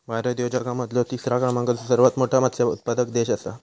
भारत ह्यो जगा मधलो तिसरा क्रमांकाचो सर्वात मोठा मत्स्य उत्पादक देश आसा